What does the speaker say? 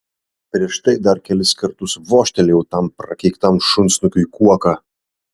prieš tai dar kelis kartus vožtelėjau tam prakeiktam šunsnukiui kuoka